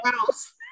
house